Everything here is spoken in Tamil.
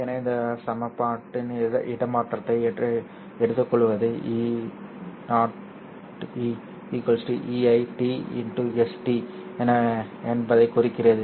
எனவே இந்த சமன்பாட்டின் இடமாற்றத்தை எடுத்துக்கொள்வது E0 T Ei T ST என்பதைக் குறிக்கிறது